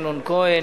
אמנון כהן,